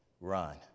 run